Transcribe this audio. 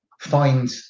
find